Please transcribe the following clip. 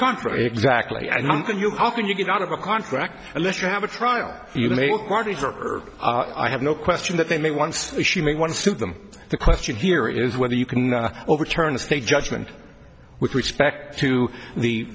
for exactly how can you get out of a contract unless you have a trial parties or i have no question that they may once she may want to sue them the question here is whether you can overturn a state judgment with respect to the